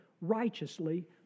righteously